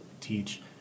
teach